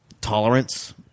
tolerance